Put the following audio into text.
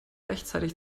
rechtzeitig